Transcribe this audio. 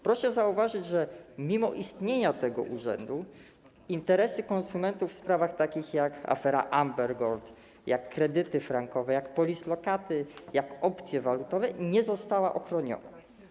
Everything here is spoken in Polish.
Proszę zauważyć, że mimo istnienia tego urzędu interesy konsumentów w sprawach takich jak afera Amber Gold, kredyty frankowe, polisolokaty, opcje walutowe nie zostały ochronione.